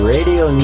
Radio